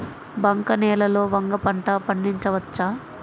బంక నేలలో వంగ పంట పండించవచ్చా?